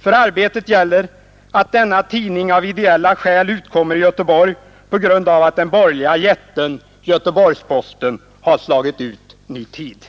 För Arbetet gäller att denna tidning av ideella skäl utkommer i Göteborg på grund av att den borgerliga jätten Göteborgs-Posten har slagit ut Ny Tid.